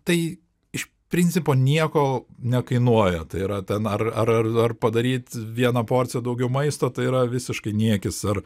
tai iš principo nieko nekainuoja tai yra ten ar ar ar padaryt viena porcija daugiau maisto tai yra visiškai niekis ar